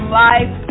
life